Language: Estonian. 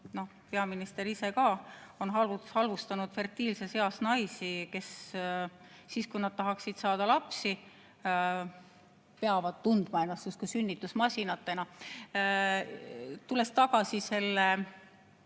Peaminister ise ka on halvustanud fertiilses eas naisi, kes siis, kui nad tahaksid saada lapsi, peavad tundma ennast justkui sünnitusmasinatena. Tulen tagasi selle